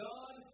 God